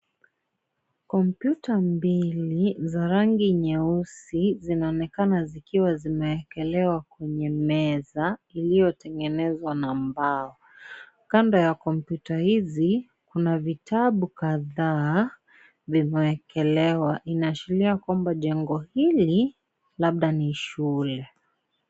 Kompyuta mbili za rangi nyeusi, zinaonekana zikiwa zimewekelewa kwenye meza iliyotengenezwa na mbao. Kando ya kompyuta hizi, kuna vitabu kadhaa imewekelewa, inaashiria kwamba, jengo hili labda ni shule.